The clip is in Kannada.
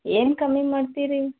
ಏನು ಕಮ್ಮಿ ಮಾಡ್ತೀರಿ